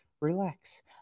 relax